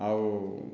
ଆଉ